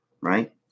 right